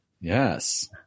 Yes